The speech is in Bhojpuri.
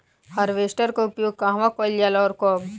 हारवेस्टर का उपयोग कहवा कइल जाला और कब?